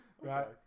right